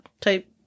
type